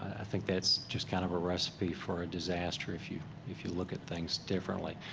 i think that's just kind of a recipe for a disaster if you if you look at things differently.